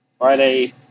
Friday